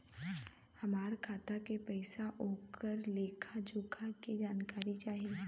हमार खाता में पैसा ओकर लेखा जोखा के जानकारी चाही?